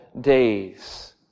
days